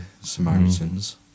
Samaritans